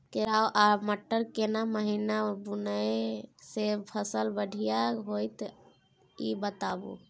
केराव आ मटर केना महिना बुनय से फसल बढ़िया होत ई बताबू?